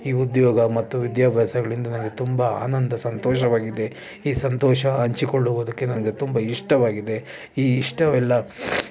ಈ ಉದ್ಯೋಗ ಮತ್ತು ವಿದ್ಯಾಭ್ಯಾಸಗಳಿಂದ ನನಗೆ ತುಂಬ ಆನಂದ ಸಂತೋಷವಾಗಿದೆ ಈ ಸಂತೋಷ ಹಂಚಿಕೊಳ್ಳುವುದಕ್ಕೆ ನನಗೆ ತುಂಬ ಇಷ್ಟವಾಗಿದೆ ಈ ಇಷ್ಟವೆಲ್ಲ